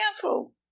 careful